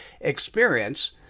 experience